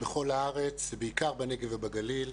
בכל הארץ, בעיקר בנגב ובגליל.